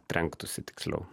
trenktųsi tiksliau